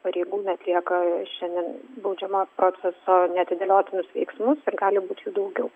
pareigūnai atlieka šiandien baudžiamojo proceso neatidėliotinus veiksmus ir gali būti daugiau